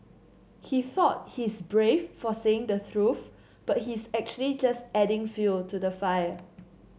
he thought he's brave for saying the truth but he's actually just adding fuel to the fire